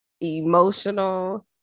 emotional